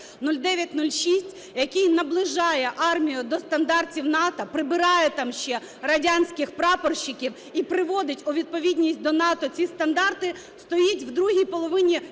0906, який наближає армію до стандартів НАТО, прибирає там ще радянських прапорщиків і приводить у відповідність до НАТО ці стандарти, стоїть в другій половині